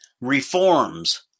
reforms